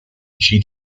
chi